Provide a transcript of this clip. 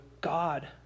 God